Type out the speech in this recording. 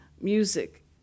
music